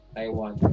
Taiwan